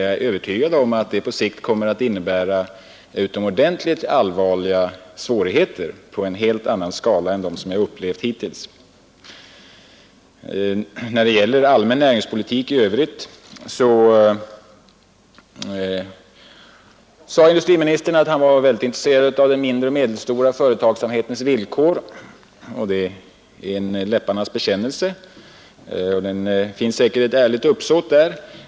Jag är övertygad om att detta på sikt kommer att innebära utomordentligt allvarliga svårigheter — svårigheter i en helt annan skala än vad vi upplevt hittills. Beträffande allmän näringspolitik i övrigt sade industriministern att han var intresserad av den mindre och medelstora företagsamhetens villkor. Det är en läpparnas bekännelse; det finns säkerligen ett ärligt uppsåt.